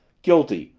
guilty!